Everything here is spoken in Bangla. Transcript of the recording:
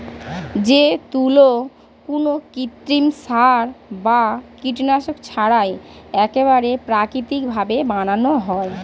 যে তুলো কোনো কৃত্রিম সার বা কীটনাশক ছাড়াই একেবারে প্রাকৃতিক ভাবে বানানো হয়